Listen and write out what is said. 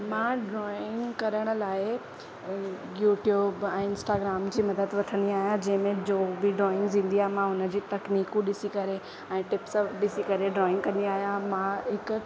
मां ड्रॉइंग करण लाइ यू ट्यूब ऐं इंस्टाग्राम जी मदद वठंदी आहियां जंहिं में में जो बि ड्रॉइंग्स ईंदी आहे मां हुनजी तकनीकूं ॾिसी करे ऐं टिप्स ॾिसी करे ड्रॉइंग कंदी आहियां मां हिकु